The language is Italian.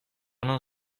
non